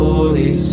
Holy